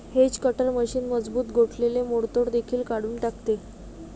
hedge cutter machine मजबूत गोठलेले मोडतोड देखील काढून टाकते